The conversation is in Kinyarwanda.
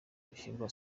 gishyirwa